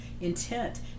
intent